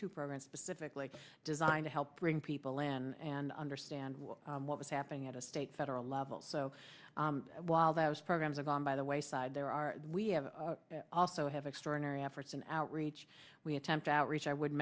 two programs specifically designed to help bring people in and understand what was happening at the state federal level so while those programs live on by the wayside there are we have also have extraordinary efforts and outreach we attempt outreach i would